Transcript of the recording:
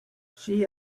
she